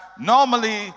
normally